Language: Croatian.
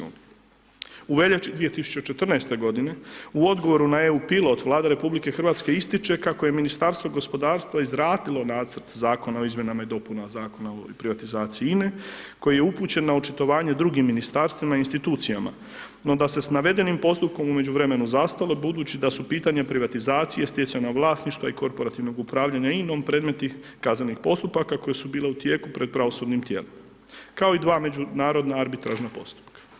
U veljači 2014. godine u odgovoru na EU pilot Vlada RH ističe kako je Ministarstvo gospodarstva izradilo Nacrt Zakona o izmjenama i dopunama Zakona o privatizaciji INE koji je upućen na očitovanje drugim ministarstvima i institucijama no da se sa navedenim postupkom u međuvremenu zastalo budući da su pitanja privatizacije, stečenog vlasništva i korporativnog upravljanja INOM predmet tih kaznenih postupaka koji su bili u tijeku pred pravosudnim tijelima, kao i dva Međunarodna arbitražna postupka.